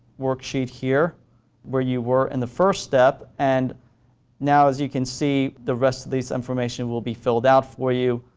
worksheet here where you were in and the first step, and now as you can see, the rest of this information will be filled out for you.